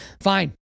fine